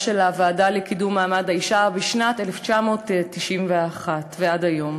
של הוועדה לקידום מעמד האישה בשנת 1991 ועד היום.